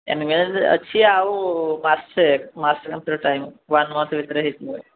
engage ଅଛି ଆଉ ମାସେ ମାସେ ଖଣ୍ଡେ ଟାଇମ୍ ୱାନ୍ ମଂଥ ଭିତରେ ହେଇଯିବ